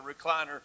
recliner